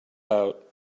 out